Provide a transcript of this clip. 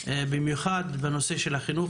במיוחד בנושא של החינוך,